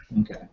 Okay